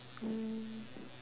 mm